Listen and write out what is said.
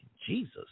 jesus